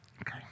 Okay